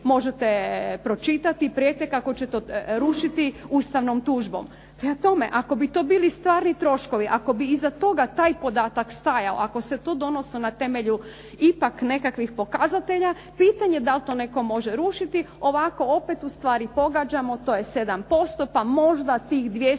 možete pročitati prijete kako će rušiti ustavnom tužbom. Prema tome, ako bi to bili stvarni troškovi, ako bi iza toga taj podatak stajao, ako se to donosi na temelju ipak nekakvih pokazatelja, pitanje da li to netko može rušiti. Ovako opet samo pogađamo to je 7%, pa možda tih 218